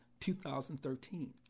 2013